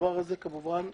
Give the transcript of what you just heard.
הדבר הזה כמובן מחויב.